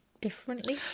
differently